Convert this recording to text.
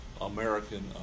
American